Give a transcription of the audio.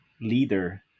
leader